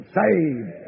saved